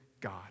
God